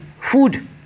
food